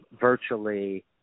virtually